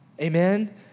Amen